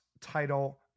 title